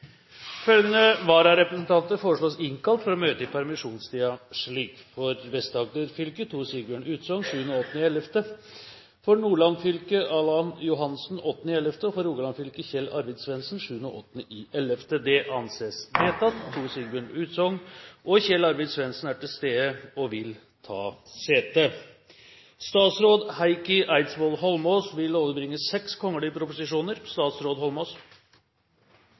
Følgende vararepresentanter foreslås innkalt for å møte i permisjonstiden: For Vest-Agder fylke: Tor Sigbjørn Utsogn 7.–8. november For Nordland fylke: Allan Johansen 8. november For Rogaland fylke: Kjell Arvid Svendsen 7.–8. november Tor Sigbjørn Utsogn og Kjell Arvid Svendsen er til stede og vil ta sete. Stortinget mottok mandag meddelelse fra Statsministerens kontor om at statsrådene Bård Vegar Solhjell, Anne-Grete Strøm-Erichsen og Heikki Eidsvoll Holmås vil